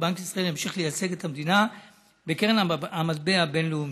ובנק ישראל ימשיך לייצג את המדינה בקרן המטבע הבין-לאומית.